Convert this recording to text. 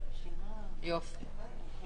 פה אחד.